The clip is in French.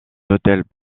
hôtels